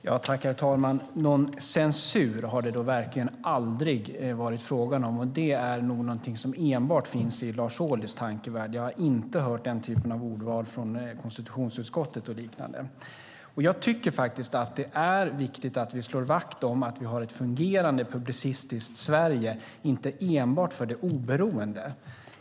Herr talman! Någon censur har det då verkligen aldrig varit fråga om, och det är nog något som enbart finns i Lars Ohlys tankevärld. Jag har inte hört den typen av ordval från konstitutionsutskottet och liknande. Jag tycker faktiskt att det är viktigt att vi slår vakt om att vi har ett fungerande publicistiskt Sverige inte enbart för de oberoende.